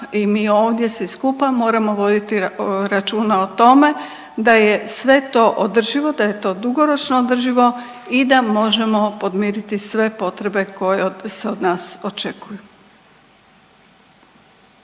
i mi ovdje svi supa m9oramo voditi računa o tome da je sve to održivo, da je to dugoročno održivo i da možemo podmiriti sve potrebe koje se od nas očekuju.